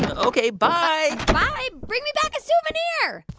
but ok, bye bye. bring me back a souvenir.